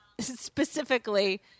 specifically